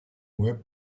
web